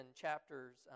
chapters